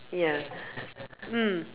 ya mm